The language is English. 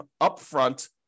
upfront